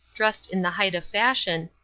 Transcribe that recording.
dressed in the height of fashion,